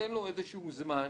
שיינתן לו איזשהו זמן,